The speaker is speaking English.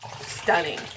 stunning